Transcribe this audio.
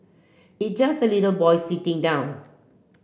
it just a little boy sitting down